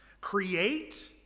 create